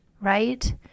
right